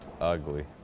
ugly